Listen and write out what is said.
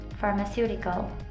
pharmaceutical